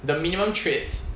the minimum trades